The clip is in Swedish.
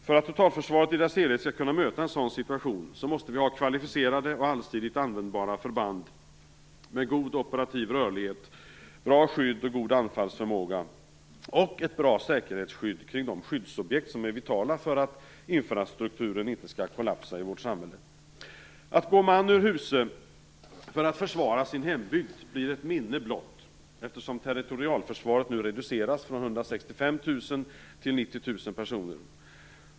För att totalförsvaret i dess helhet skall kunna möta en sådan situation måste det finnas kvalificerade och allsidigt användbara förband med god operativ rörlighet, bra skydd och god anfallsförmåga och ett bra säkerhetsskydd kring de skyddsobjekt som är vitala för att infrastrukturen i vårt samhälle inte skall kollapsa. Att gå man ur huse för att försvara sin hembygd blir ett minne blott, eftersom territorialförsvaret nu reduceras från 165 000 till 90 000 personer.